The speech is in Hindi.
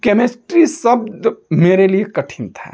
केमिस्ट्री शब्द मेरे लिए कठिन था